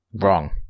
Wrong